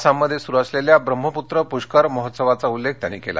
आसाममध्येसुरू असलेल्या ब्रह्मपुत्रा पुष्कर महोत्सवाचा उल्लेख पंतप्रधानांनी केला